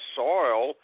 soil